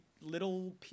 little